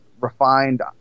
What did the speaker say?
refined